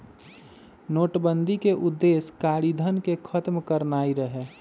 नोटबन्दि के उद्देश्य कारीधन के खत्म करनाइ रहै